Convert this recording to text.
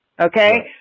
Okay